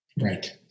Right